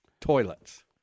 toilets